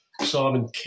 Simon